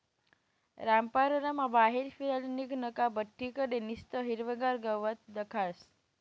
रामपाररमा बाहेर फिराले निंघनं का बठ्ठी कडे निस्तं हिरवंगार गवत दखास